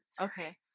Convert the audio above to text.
Okay